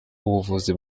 ubuvuzi